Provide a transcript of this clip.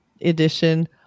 edition